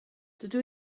dydw